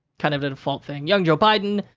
kind of the default thing. young joe biden.